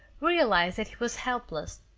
realized that he was helpless.